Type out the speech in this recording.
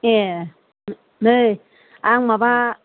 ए नै आं माबा